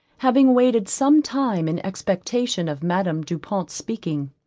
having waited some time in expectation of madame du pont's speaking.